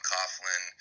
Coughlin